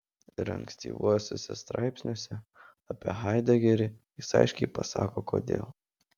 ir ankstyvuosiuose straipsniuose apie haidegerį jis aiškiai pasako kodėl